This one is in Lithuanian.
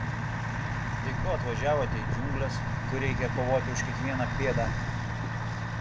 tai ko atvažiavote į džiungles kur reikia kovoti už kiekvieną pėdą